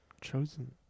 chosen